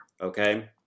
okay